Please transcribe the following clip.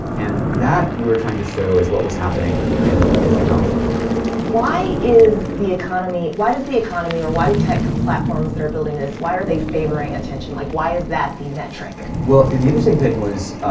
and that, we were trying to show, is what was happening in in technology to people why is the economy why does the economy, or why do tech platforms that are building this why are they favoring attention? like, why is that the metric? well, the interesting thing was